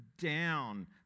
down